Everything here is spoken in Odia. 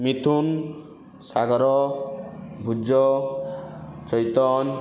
ମିଥୁନ୍ ସାଗର ଭୁଜ ଚୈତନ୍